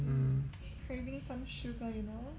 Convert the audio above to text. mm